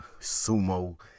sumo